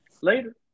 Later